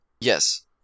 Yes